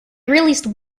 released